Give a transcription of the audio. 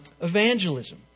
evangelism